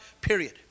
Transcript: period